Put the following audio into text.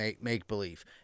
make-believe